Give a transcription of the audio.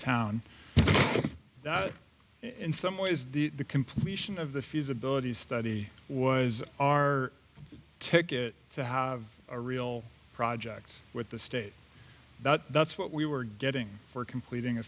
town in some ways the completion of the feasibility study was our ticket to have a real project with the state that's what we were getting for completing a